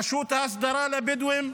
רשות ההסדרה לבדואים,